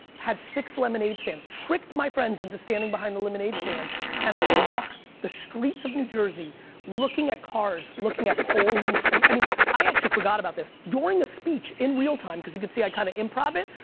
had six lemonade stands. tricked my friends into standing behind the lemonade stands and i would walk the streets of new jersey looking at cars, looking at poles and trees. i mean i actually forgot about this. during a speech in real time, cuz you can see i kind of improv it,